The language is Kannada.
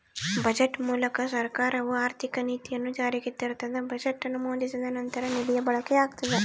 ಬಜೆಟ್ ಮೂಲಕ ಸರ್ಕಾರವು ಆರ್ಥಿಕ ನೀತಿಯನ್ನು ಜಾರಿಗೆ ತರ್ತದ ಬಜೆಟ್ ಅನುಮೋದಿಸಿದ ನಂತರ ನಿಧಿಯ ಬಳಕೆಯಾಗ್ತದ